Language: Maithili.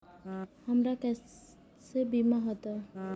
हमरा केसे बीमा होते?